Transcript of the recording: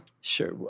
Sure